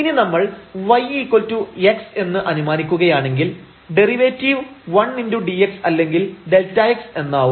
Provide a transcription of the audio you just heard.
ഇനി നമ്മൾ yx എന്ന് അനുമാനിക്കുകയാണെങ്കിൽ ഡെറിവേറ്റീവ് 1 dx അല്ലെങ്കിൽ Δx എന്നാവും